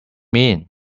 mean